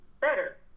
better